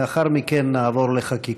לאחר מכן נעבור לחקיקה.